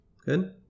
Good